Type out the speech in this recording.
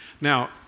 Now